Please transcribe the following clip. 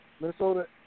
Minnesota